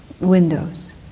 windows